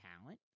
talent